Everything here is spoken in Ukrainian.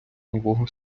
нового